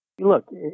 Look